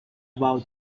about